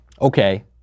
Okay